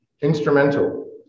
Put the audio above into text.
instrumental